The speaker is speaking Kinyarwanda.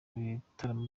bitaramo